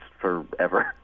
forever